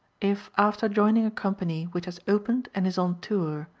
if after joining a company, which has opened and is on tour,